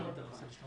יש שם תחנת משטרה.